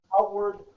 outward